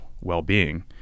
well-being